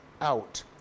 out